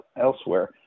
elsewhere